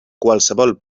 qualsevol